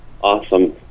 Awesome